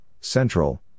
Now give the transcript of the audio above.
Central